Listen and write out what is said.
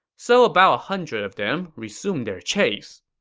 so about a hundred of them resumed their chase.